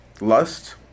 Lust